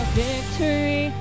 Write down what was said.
victory